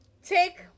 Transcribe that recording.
take